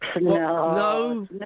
No